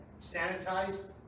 sanitized